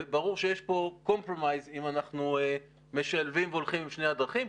וברור שיש פה פשרה אם אנחנו משלבים והולכים בשתי הדרכים,